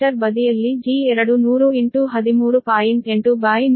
ಅದೇ ರೀತಿ ಜನರೇಟರ್ ಬದಿಯಲ್ಲಿ G2 10013